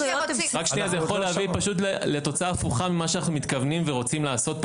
זה יכול להביא לתוצאה הפוכה ממה שכולנו מתכוונים ורוצים לעשות.